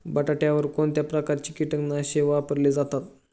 बटाट्यावर कोणत्या प्रकारची कीटकनाशके वापरली जातात?